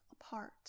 apart